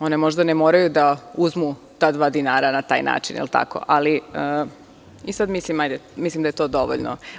One možda ne moraju da uzmu ta dva dinara na taj način, da li je tako, ali mislim da je to dovoljno.